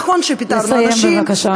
נכון שפיטרנו אנשים, לסיים, בבקשה.